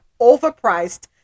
overpriced